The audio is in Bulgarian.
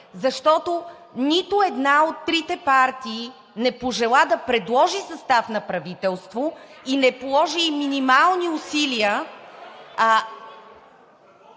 защото нито една от трите партии не пожела да предложи състав на правителство и не положи и минимални усилия…